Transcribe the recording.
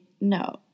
no